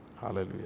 Hallelujah